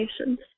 nations